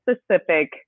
specific